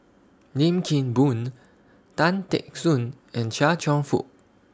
Lim Kim Boon Tan Teck Soon and Chia Cheong Fook